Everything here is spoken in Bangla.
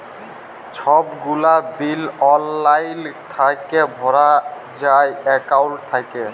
ছব গুলা বিল অললাইল থ্যাইকে ভরা যায় একাউল্ট থ্যাইকে